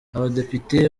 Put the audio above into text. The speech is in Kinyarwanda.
abadepite